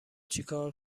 چیکار